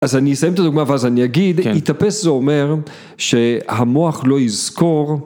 אז אני אסיים את הדוגמא ואז אני אגיד, התאפס זה אומר שהמוח לא יזכור